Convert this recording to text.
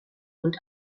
und